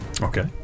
okay